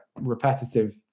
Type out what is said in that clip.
repetitive